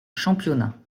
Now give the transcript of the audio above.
championnat